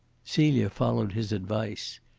celia followed his advice.